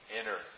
enter